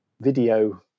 video